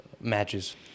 matches